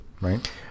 right